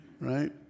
right